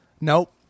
Nope